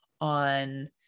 on